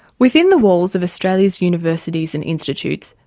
within the walls of australia's universities and institutes,